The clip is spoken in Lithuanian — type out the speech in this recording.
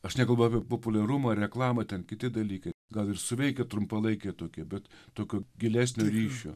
aš nekalbu apie populiarumą reklamą ten kiti dalykai gal ir suveikia trumpalaikiai tokie bet tokio gilesnio ryšio